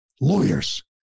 lawyers